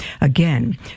Again